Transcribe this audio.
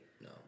No